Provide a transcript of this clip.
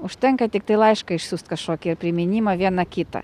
užtenka tiktai laišką išsiųst kažkokį priminimą vieną kitą